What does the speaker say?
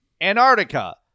antarctica